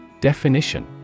Definition